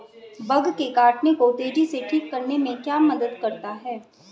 Bug के काटने को तेजी से ठीक करने में क्या मदद करता है?